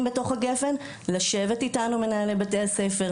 בתוך גפ"ן ולשבת איתנו מנהלי בתי הספר,